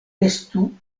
estu